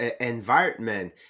environment